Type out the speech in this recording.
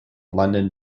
london